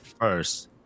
first